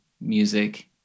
music